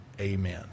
Amen